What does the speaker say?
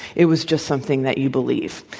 it was just something that you believe.